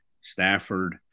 Stafford